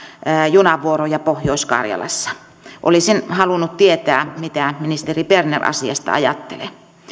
junavuoroja pohjois karjalassa olisin halunnut tietää mitä ministeri berner asiasta ajattelee